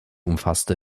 umfasste